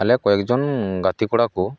ᱟᱞᱮ ᱠᱚᱭᱮᱠ ᱡᱚᱱ ᱜᱟᱛᱮ ᱠᱚᱲᱟ ᱠᱚ